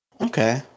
okay